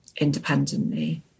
independently